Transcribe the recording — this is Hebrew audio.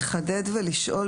אני כן רוצה בכל זאת לחדד ולשאול,